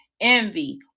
envy